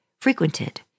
frequented